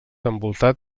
envoltat